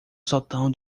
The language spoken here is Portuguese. sótão